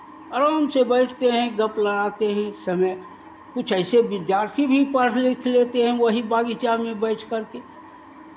आराम से बैठते हैं गप्प लड़ाते हैं समय कुछ ऐसे विद्यार्थी भी पढ़ लिख लेते हैं वही बगीचा में बैठ करके